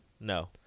No